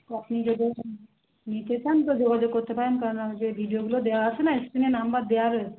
তো আপনি যদি নিতে চান তো যোগাযোগ করতে পারেন কেননা যে ভিডিওগুলো দেওয়া আছে না স্ক্রিনে নম্বর দেওয়া রয়েছে